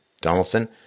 Donaldson